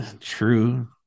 True